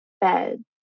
bed